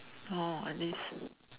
orh like this